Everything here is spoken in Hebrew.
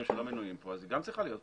שלא מנויים פה אז היא גם צריכה להיות פטורה.